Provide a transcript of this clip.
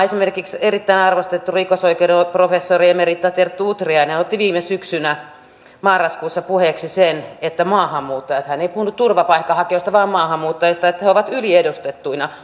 esimerkiksi erittäin arvostettu rikosoikeuden professori emerita terttu utriainen otti viime syksynä marraskuussa puheeksi sen että maahanmuuttajat hän ei puhunut turvapaikanhakijoista vaan maahanmuuttajista ovat yliedustettuina raiskausrikoksissa